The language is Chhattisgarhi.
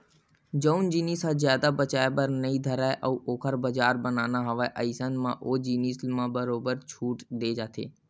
जउन जिनिस ह जादा बेचाये बर नइ धरय अउ ओखर बजार बनाना हवय अइसन म ओ जिनिस म बरोबर छूट देय जाथे